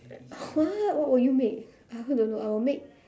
what what would you make I also don't know I would make